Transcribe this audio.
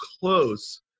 close